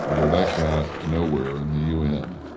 and well, that got nowhere in the u n.